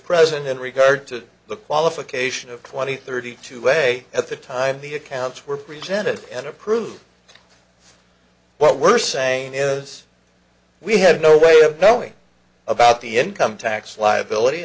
present in regard to the qualification of twenty thirty two way at the time the accounts were presented and approved what we're saying is we have no way of knowing about the income tax liability